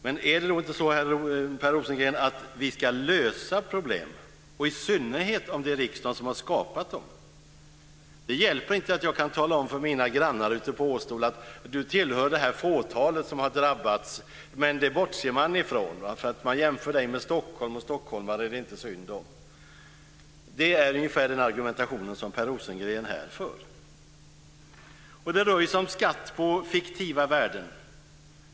Men är det inte så att vi ska lösa problem, i synnerhet om det är riksdagen som har skapat dem? Det hjälper inte att jag för mina grannar ute på Åstol kan tala om att de tillhör det fåtal som har drabbats, men att man bortser från dem eftersom man jämför dem med stockholmare, och stockholmare är det inte synd om. Det är ungefär den argumentation Det rör sig om skatt på fiktiva värden.